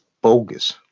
bogus